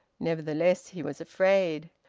nevertheless he was afraid.